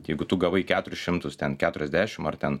jeigu tu gavai keturis šimtus ten keturiasdešim ar ten